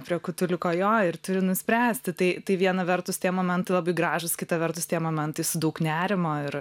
prie kutuliuko jo ir turi nuspręsti tai tai viena vertus tie momentai labai gražūs kita vertus tie momentai su daug nerimo ir